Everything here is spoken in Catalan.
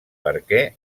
perquè